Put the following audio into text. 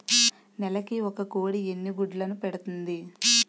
నెలకి ఒక కోడి ఎన్ని గుడ్లను పెడుతుంది?